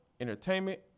entertainment